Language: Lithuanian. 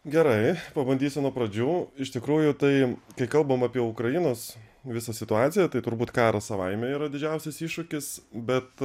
gerai pabandysiu nuo pradžių iš tikrųjų tai kai kalbam apie ukrainos visą situaciją tai turbūt karas savaime yra didžiausias iššūkis bet